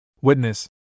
Witness